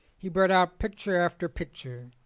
he brought out picture after picture.